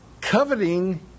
Coveting